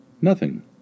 Nothing